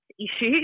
issues